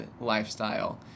lifestyle